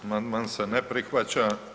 Amandman se ne prihvaća.